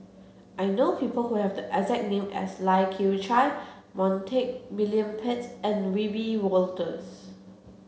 I know people who have the exact name as Lai Kew Chai Montague William Pett and Wiebe Wolters